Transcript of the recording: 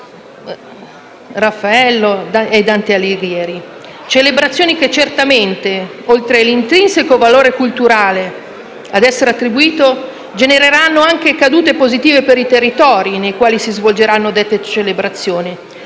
grazie a tutta